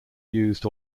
used